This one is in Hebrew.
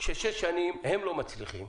כששש שנים הם לא מצליחים,